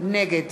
נגד